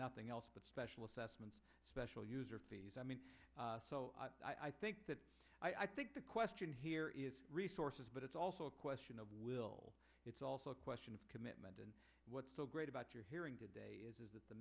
nothing else but special assessments special user fees i mean i think that i think the question here is resources but it's also a question of will it's also a question of commitment and what's so great about your hearing today is that the